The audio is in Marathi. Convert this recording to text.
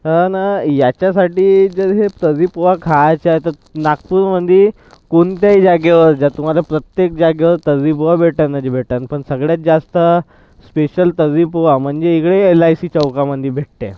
अनि याच्यासाठी जर हे तर्री पोहा खायचे तर नागपूरमध्ये कोणत्याही जागेवर जा तुम्हाला प्रत्येक जागेवर तर्री पोहा भेटन म्हणजे भेटन पण सगळ्यात जास्त स्पेशल तर्री पोहा म्हणजे इकडे एल आय सी चौकामध्ये भेटते